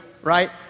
Right